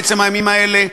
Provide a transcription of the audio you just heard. בעצם הימים האלה.